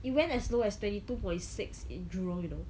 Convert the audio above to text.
it went as long as low twenty two point six in jurong you know